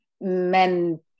Men